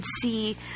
see